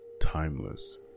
timeless